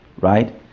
right